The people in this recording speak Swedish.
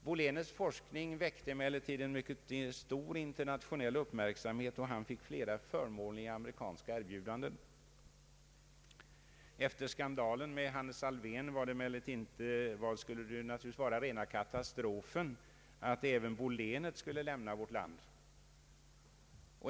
Bo Lehnerts forskning väckte emellertid en mycket stor internationell uppmärksamhet, och han fick flera förmånliga amerikanska erbjudanden. Efter skandalen med Hannes Alfvén skulle det emellertid vara rena katastrofen om även Bo Lehnert lämnade landet.